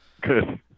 Good